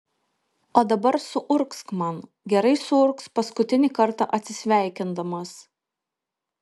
o dabar suurgzk man gerai suurgzk paskutinį kartą atsisveikindamas